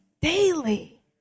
daily